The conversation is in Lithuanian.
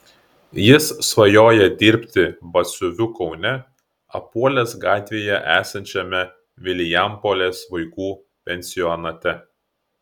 jis svajoja dirbti batsiuviu kaune apuolės gatvėje esančiame vilijampolės vaikų pensionate